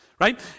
right